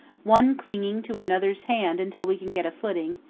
one clinging to another's hand until we can get footing,